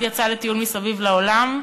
אחד יצא לטיול מסביב לעולם,